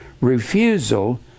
Refusal